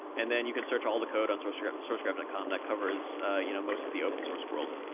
and then you can search all the code on sourcegraph sourcegraph dot com that covers you know most of the open source world.